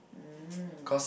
mm